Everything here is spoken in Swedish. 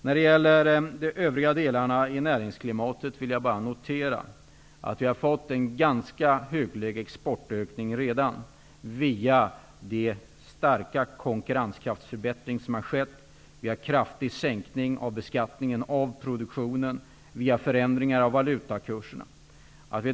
När det gäller övriga delar av näringsklimatet noterar jag att vi redan har fått en ganska hygglig exportökning via den starka konkurrenskraftsförbättring som har skett, via en kraftig sänkning av beskattningen av produktionen och via förändringar av valutakurserna.